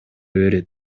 берет